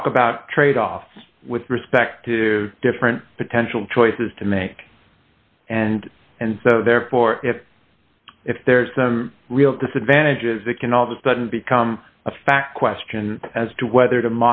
talk about tradeoffs with respect to different potential choices to make and and so therefore if if there is a real disadvantage is it can all of a sudden become a fact question as to whether to